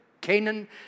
Canaan